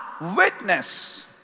witness